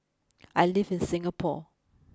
I live in Singapore